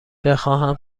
بخواهم